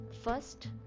First